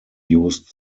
used